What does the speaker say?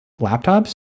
laptops